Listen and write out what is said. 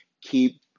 Keep